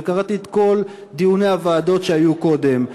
וקראתי את כל דיוני הוועדות שהיו קודם.